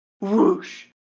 Whoosh